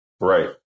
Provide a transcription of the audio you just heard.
Right